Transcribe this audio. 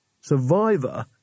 Survivor